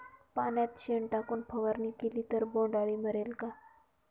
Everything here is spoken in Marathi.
पाण्यात शेण टाकून फवारणी केली तर बोंडअळी मरेल का?